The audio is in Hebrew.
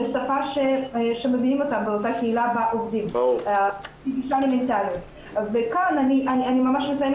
בשפה שמבינים אותם באותה קהילה בה עובדים כאן אני ממש מסיימת,